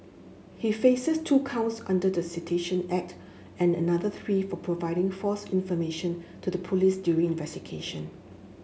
he faces two counts under the Sedition Act and another three for providing false information to the police during investigation